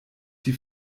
die